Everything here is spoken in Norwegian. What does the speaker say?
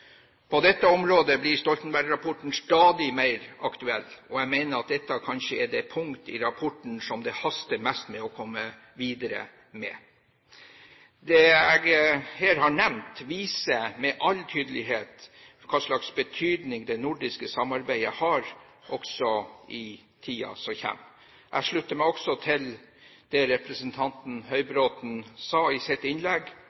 På dette området blir Stoltenberg-rapporten stadig mer aktuell, og jeg mener at dette kanskje er det punktet i rapporten som det haster mest med å komme videre med. Det jeg her har nevnt, viser med all tydelighet hvilken betydning det nordiske samarbeidet har også i tiden som kommer. Jeg slutter meg også til det representanten Høybråten sa i sitt innlegg